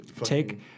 take